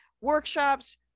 workshops